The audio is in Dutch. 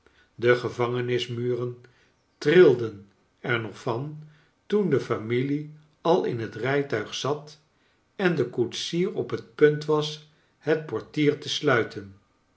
de gevangenismuren trilden er nog van toen de familie al in het rijtuig zat en de koetsier op het punt was het portier te sluiten